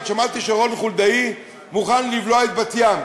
שמעתי שרון חולדאי מוכן לבלוע את בת-ים,